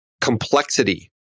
complexity